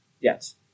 Yes